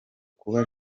kuba